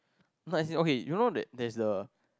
no as in okay you know there there's the